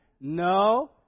No